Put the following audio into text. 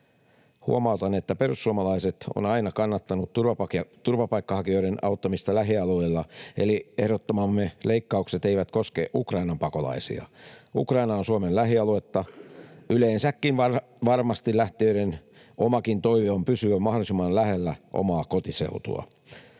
Huomautan, että perussuomalaiset ovat aina kannattaneet turvapaikanhakijoiden auttamista lähialueilla, eli ehdottamamme leikkaukset eivät koske Ukrainan pakolaisia. Ukraina on Suomen lähialuetta. Yleensäkin varmasti lähtijöiden omakin toive on pysyä mahdollisimman lähellä omaa kotiseutua.